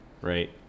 right